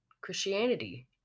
Christianity